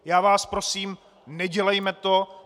Já vás prosím, nedělejme to!